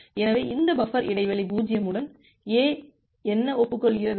எனவே இந்த பஃபர் இடைவெளி 0 உடன் A என்ன ஒப்புக்கொள்கிறது